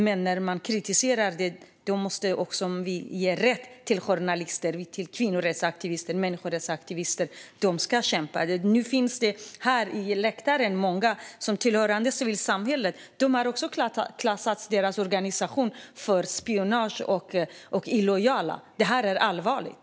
Men när man kommer med kritik måste man också värna rättigheterna för journalister, kvinnorättsaktivister och människorättsaktivister som kämpar. Det finns nu på läktaren många som tillhör civilsamhället, och deras organisation har klassats som illojal och anklagats för spionage. Det här är allvarligt.